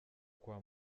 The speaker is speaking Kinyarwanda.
kwa